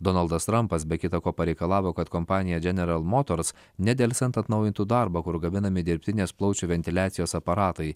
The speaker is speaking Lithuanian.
donaldas trampas be kita ko pareikalavo kad kompanija general motors nedelsiant atnaujintų darbą kur gaminami dirbtinės plaučių ventiliacijos aparatai